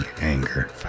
anger